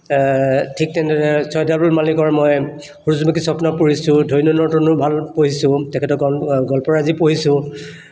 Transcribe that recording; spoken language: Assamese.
ঠিক তেনেদৰে চৈয়দ আব্দুল মালিকৰ মই সূৰুযমুখীৰ স্বপ্ন পঢ়িছোঁ ধন্য নৰ তনু ভাল পঢ়িছোঁ তেখেতৰ গল্পৰাজি পঢ়িছোঁ